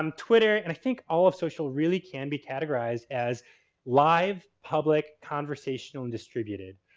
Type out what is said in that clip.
um twitter and i think all of social really can be categorized as live, public, conversational, and distributed.